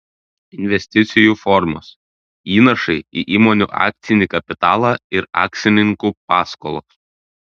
investicijų formos įnašai į įmonių akcinį kapitalą ir akcininkų paskolos